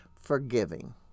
forgiving